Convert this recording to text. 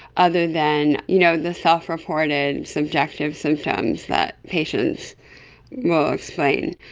other than you know the self-reported subjective symptoms that patients will explain.